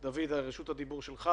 דוד, רשות הדיבור שלך.